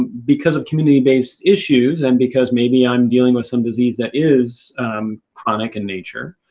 because of community-based issues, and because maybe i'm dealing with some disease that is chronic in nature,